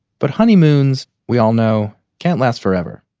but honeymoons, we all know, can't last forever